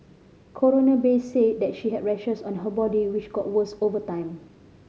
Coroner Bay said that she had rashes on her body which got worse over time